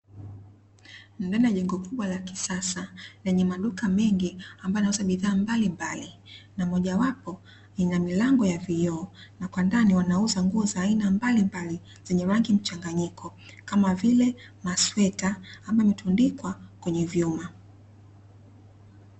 Ndani ya jengo kubwa la kisasa lenye maduka mengi ambayo yanauza bidhaa mbalimbali na mojawapo lina milango ya vioo na kwa ndani wanauza nguo za aina mbalimbali zenye rangi mchanganyiko kama vile masweta ambayo yametundikwa kwenye vyuma.